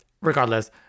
regardless